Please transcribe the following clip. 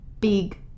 big